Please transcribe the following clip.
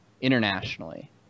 internationally